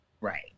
Right